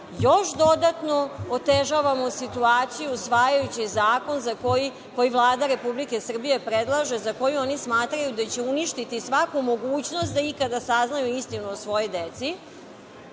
još dodatno otežavamo situaciju, usvajajući zakon koji Vlada Republike Srbije predlaže, za koji oni smatraju da će uništiti svaku mogućnost da ikada saznaju istinu o svojoj deci